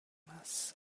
palmas